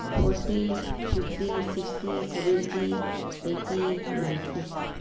forty fifty sixty seventy eighty ninety